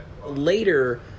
later